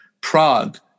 Prague